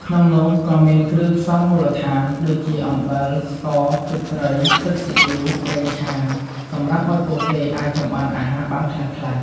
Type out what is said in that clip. ក្នុងនោះក៏មានគ្រឿងផ្សំមូលដ្ឋាន ដូចជា អំបិល ស្ករ ទឹកត្រី ទឹកស៊ីអុីវ ប្រេងឆា សម្រាប់ឱ្យពួកគេអាចចម្អិនអាហារបានខ្លះៗ។